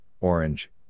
orange